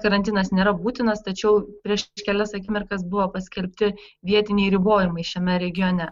karantinas nėra būtinas tačiau prieš kelias akimirkas buvo paskelbti vietiniai ribojimai šiame regione